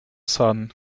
son